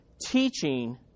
teaching